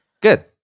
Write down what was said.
Good